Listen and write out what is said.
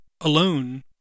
alone